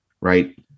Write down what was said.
right